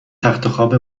تختخواب